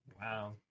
Wow